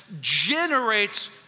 generates